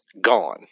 Gone